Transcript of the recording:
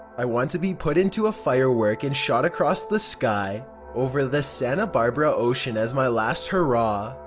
i want to be put into a firework and shot across the sky over the santa barbara ocean as my last hurrah.